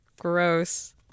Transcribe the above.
Gross